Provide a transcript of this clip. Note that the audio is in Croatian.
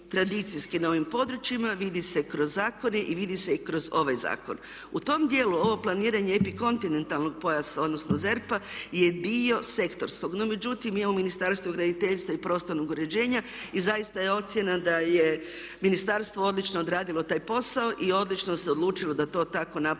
na ovim područjima, vidi se kroz zakone i vidi se i kroz ovaj zakon. U tom dijelu ovo planiranje epikontinentalnog pojasa, odnosno ZERP-a je dio sektorskog. No međutim u Ministarstvu graditeljstva i prostornog uređenja i zaista je procjena da je Ministarstvo odlično odradilo taj posao i odlično se odlučilo da to tako napravi